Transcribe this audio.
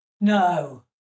No